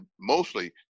mostly